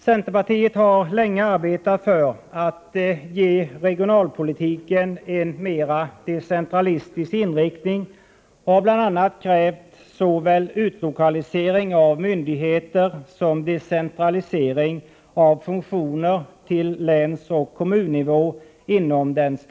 Centerpartiet har länge arbetat för att ge regionalpolitiken en mera decentralistisk inriktning. Vi har beträffande den statliga förvaltningen bl.a. krävt såväl utlokalisering av myndigheter som decentralisering av funktioner till länsoch kommunnivå.